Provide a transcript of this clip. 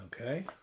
Okay